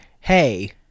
hey